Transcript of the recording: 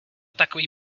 takový